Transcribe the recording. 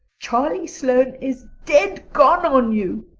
charlie sloane is dead gone on you.